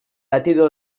latido